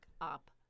up